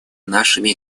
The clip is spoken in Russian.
нашими